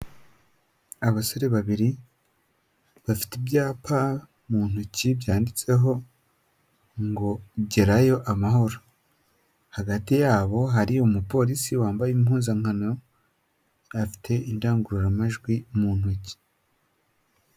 Abasore babiri bafite ibyapa mu ntoki byanditseho ngo gerayo amahoro, hagati yabo hari umupolisi wambaye impuzankano afite indangururamajwi mu ntoki.